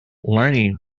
learning